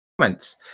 comments